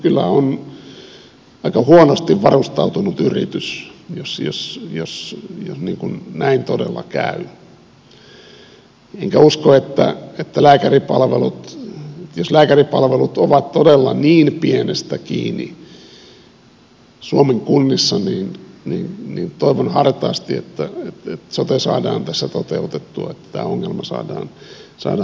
kyllä on aika huonosti varustautunut yritys jos näin todella käy ja jos lääkäripalvelut ovat todella niin pienestä kiinni suomen kunnissa niin toivon hartaasti että sote saadaan tässä toteutettua että tämä ongelma saadaan poistettua